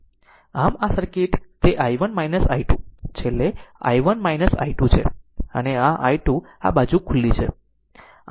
આમ આ સર્કિટમાં તે i1 i2 છેવટે i1 i2 છે અને આ i2 આ બાજુ ખુલ્લી છે